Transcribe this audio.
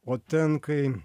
o ten kai